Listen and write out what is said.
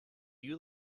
you